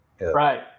Right